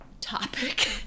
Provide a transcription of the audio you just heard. topic